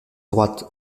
droite